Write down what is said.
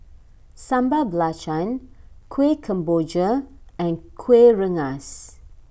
Sambal Belacan Kueh Kemboja and Kuih Rengas